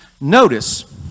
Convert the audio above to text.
Notice